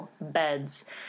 beds